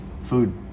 food